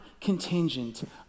contingent